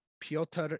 Piotr